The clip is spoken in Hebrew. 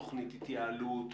תוכנית התייעלות,